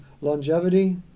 Longevity